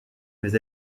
mais